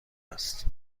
است